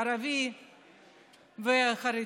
ערבים וחרדים.